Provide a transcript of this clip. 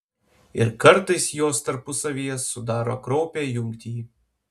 ir kartais jos tarpusavyje sudaro kraupią jungtį